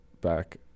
back